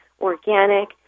organic